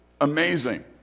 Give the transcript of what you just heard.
amazing